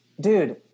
Dude